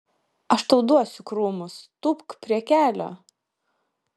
aš tau duosiu krūmus tūpk prie kelio